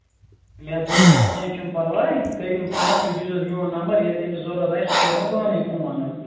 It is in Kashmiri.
مےٚ دوٚپمَس کیٚنٛہہ چھُنہٕ پَرواے کٔرِنۍ فون تُہۍ دِزیوس میوٚن نَمبر ییٚلہِ تٔمِس ضروٗرت آسہِ سُہ کرِ مےٚ پانَے فون حظ